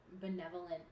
benevolent